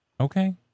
Okay